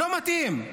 לא מתאים.